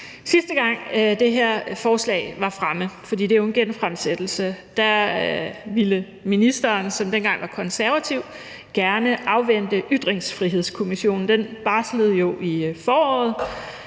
Sidste gang det her forslag var fremme, for det er jo en genfremsættelse, ville ministeren, som dengang var konservativ, gerne afvente Ytringsfrihedskommissionen. Den barslede jo i foråret,